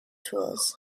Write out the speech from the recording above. tools